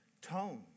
tone